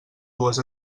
dues